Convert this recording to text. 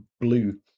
blue